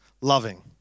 loving